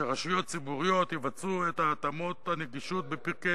שרשויות ציבוריות יבצעו את התאמות הנגישות בפרקי